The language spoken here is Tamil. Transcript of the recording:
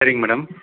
சரிங்க மேடம்